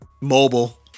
Mobile